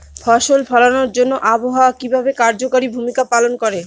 ফসল ফলানোর জন্য আবহাওয়া কিভাবে কার্যকরী ভূমিকা পালন করে?